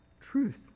truth